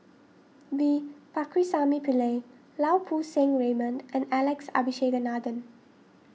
V Pakirisamy Pillai Lau Poo Seng Raymond and Alex Abisheganaden